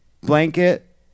blanket